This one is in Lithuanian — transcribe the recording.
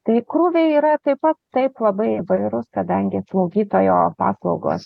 tai krūviai yra taip pat taip labai įvairūs kadangi slaugytojo paslaugos